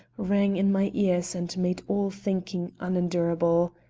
rang in my ears and made all thinking unendurable.